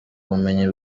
bumenyi